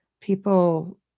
people